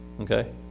okay